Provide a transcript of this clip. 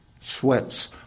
sweats